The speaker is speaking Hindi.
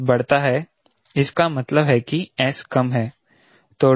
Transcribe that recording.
WS बड़ता है इस का मतलब है कि S कम है